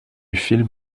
film